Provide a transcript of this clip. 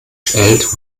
erhält